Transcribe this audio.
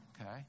Okay